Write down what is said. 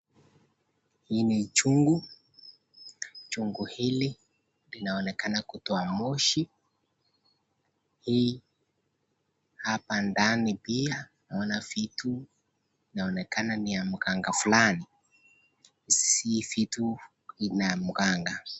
Hii ni chungu. Chungu hili linaonekana kutoa moshi hii hapa ndani pia naona vitu inaonekana ni ya mganga fulani hizi vitu ni ya mganga.